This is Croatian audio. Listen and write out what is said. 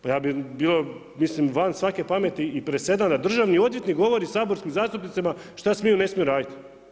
Pa ja bih bio, mislim van svake pameti i presedan da državni odvjetnik govori saborskim zastupnicima šta smiju, ne smiju raditi.